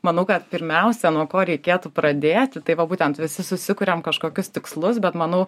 manau kad pirmiausia nuo ko reikėtų pradėti tai va būtent visi susikuriam kažkokius tikslus bet manau